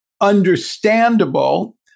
understandable